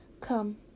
Come